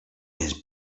his